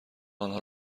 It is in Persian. آنها